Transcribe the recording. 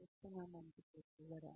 శిక్షణ మంచి పెట్టుబడా